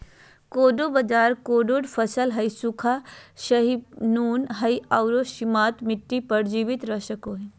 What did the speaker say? कोडो बाजरा कठोर फसल हइ, सूखा, सहिष्णु हइ आरो सीमांत मिट्टी पर जीवित रह सको हइ